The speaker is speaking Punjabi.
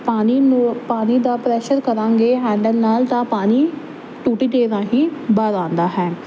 ਪਾਣੀ ਨੂੰ ਪਾਣੀ ਦਾ ਪ੍ਰੈਸ਼ਰ ਕਰਾਂਗੇ ਹੈਂਡਲ ਨਾਲ ਤਾਂ ਪਾਣੀ ਟੂਟੀ ਦੇ ਰਾਹੀਂ ਬਾਹਰ ਆਉਂਦਾ ਹੈ